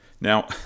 Now